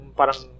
parang